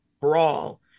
brawl